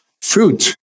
Fruit